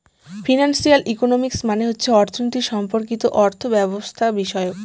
financial economics মানে হচ্ছে অর্থনীতি সম্পর্কিত অর্থব্যবস্থাবিষয়ক